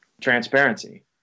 transparency